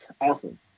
awesome